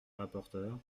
rapporteure